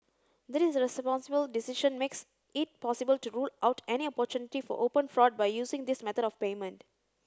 this responsible decision makes it possible to rule out any opportunity for open fraud by using this method of payment